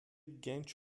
genç